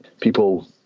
people